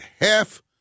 half